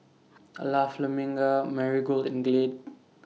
La Famiglia Marigold and Glade